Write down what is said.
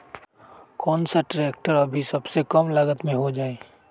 कौन सा ट्रैक्टर अभी सबसे कम लागत में हो जाइ?